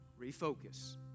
Refocus